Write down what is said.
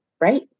right